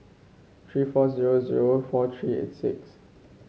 three four zero zero four three eight six